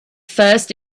first